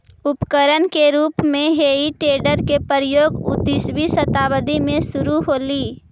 उपकरण के रूप में हेइ टेडर के प्रयोग उन्नीसवीं शताब्दी में शुरू होलइ